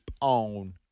on